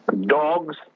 dogs